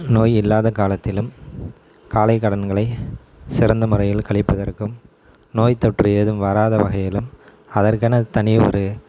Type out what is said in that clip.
நோய் இல்லாத காலத்திலும் காலை கடன்களை சிறந்த முறையில் கழிப்பதற்கும் நோய் தொற்று எதுவும் வராத வகையிலும் அதற்கான தனி ஒரு